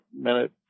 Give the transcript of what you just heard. minute